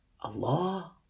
Allah